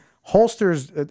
holsters